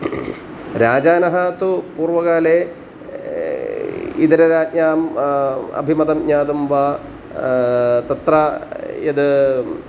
राजानः तु पूर्वकाले इतरराज्ञाम् अभिमतं ज्ञातुं वा तत्र यत्